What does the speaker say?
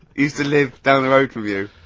used to live down the road from you?